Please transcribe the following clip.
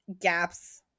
gaps